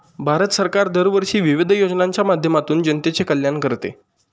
भारत सरकार दरवर्षी विविध योजनांच्या माध्यमातून जनतेचे कल्याण करते